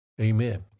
Amen